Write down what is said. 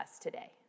today